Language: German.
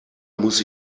muss